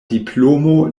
diplomo